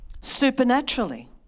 Supernaturally